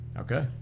Okay